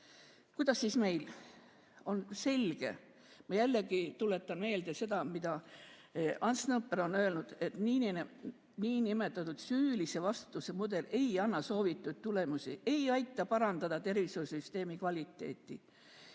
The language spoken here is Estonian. Kuidas siis meil on? On selge, ma jällegi tuletan meelde seda, mida Ants Nõmper on öelnud, et niinimetatud süülise vastutuse mudel ei anna soovitud tulemusi, ei aita parandada tervishoiusüsteemi kvaliteeti.